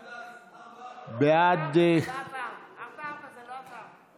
הכוללת הוראה להקניית הבעלות בחלק ציבורי),